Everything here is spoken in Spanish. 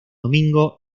domingo